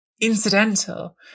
incidental